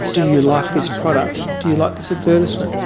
do you like this product, do you like this advertisement.